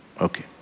Okay